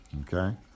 okay